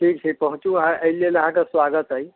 ठीक छै पहुँचूँ अहाँ एहि लेल अहाँकेँ स्वागत अछि